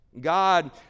God